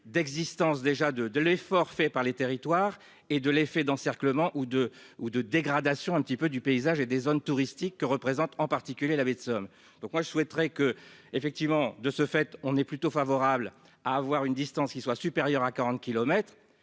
d'existence déjà de de l'effort fait par les territoires et de l'effet d'encerclement ou de ou de dégradations, un petit peu du paysage et des zones touristiques que représente, en particulier la baie de Somme, donc moi je souhaiterais que, effectivement, de ce fait, on est plutôt favorable à avoir une distance qui soit supérieure à 40